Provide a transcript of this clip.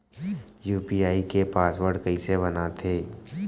UPI के password कइसे बनाथे?